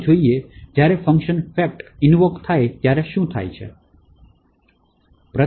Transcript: ચાલો જોઇયે જ્યારે ફંકશન fact ઇનવોકે થાય ત્યારે શું થાય છે